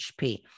HP